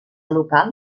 local